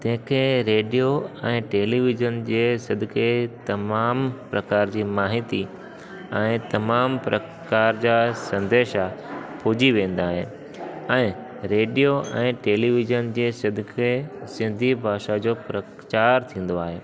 तंहिंखे रेडियो ऐं टेलीविज़न जे सदिक़े तमामु प्रकार जी माहिती ऐं तमामु प्रकार जा संदेश पुॼी वेंदा आहिनि ऐं रेडियो ऐं टेलीविज़न जे सदिक़े सिंधी भाषा जो प्रचारु थींदो आहे